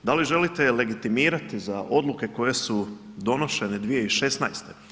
Da li želite legitimirat za odluke koje su donošene 2016.